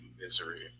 misery